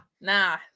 nah